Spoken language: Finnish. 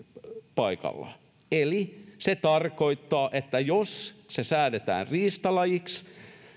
paikalla eli se tarkoittaa että jos se säädetään riistalajiksi